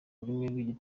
rurimi